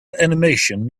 animation